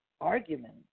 argument